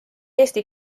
eesti